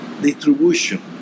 distribution